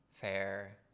fair